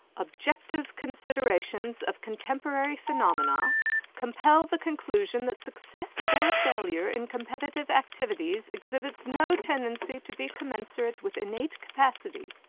objective considerations of contemporary phenomena compel the conclusion that success or failure in competitive activities exhibits no tendency to be commensurate with innate capacity,